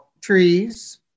trees